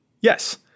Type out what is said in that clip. yes